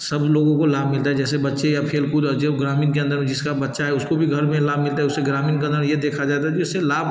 सब लोगों को लाभ मिलता है जैसे बच्चे या खेल कूद और जब ग्रामीण के अंदर में जिस का बच्चा है उसको घर में लाभ मिलता है उससे ग्रामीण के अंदर ये देखा जाता है कि उससे लाभ